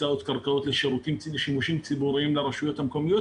הקצאת קרקעות לשימושים ציבוריים לרשויות המקומיות,